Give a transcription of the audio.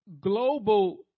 global